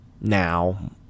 now